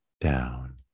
down